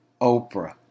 Oprah